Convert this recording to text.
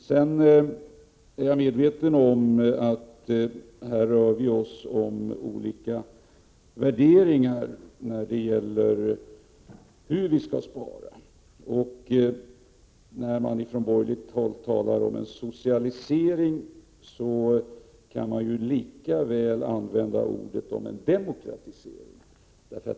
Jag är medveten om att vi här rör oss med olika värderingar när det gäller hur vi skall spara. När man från borgerligt håll talar om en socialisering, kan man lika väl använda ordet demokratisering.